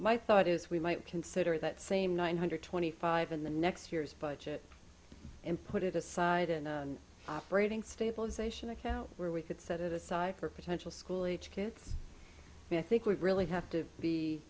my thought is we might consider that same nine hundred twenty five in the next year's budget and put it aside in operating stabilization account where we could set it aside for potential school aged kids and i think we really have to be